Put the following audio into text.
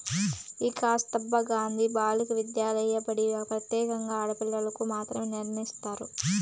ఈ కస్తుర్బా గాంధీ బాలికా విద్యాలయ బడి ప్రత్యేకంగా ఆడపిల్లలకు మాత్రమే నిర్మించారు